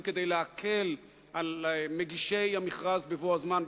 כדי להקל על מגישי המכרז בבוא הזמן,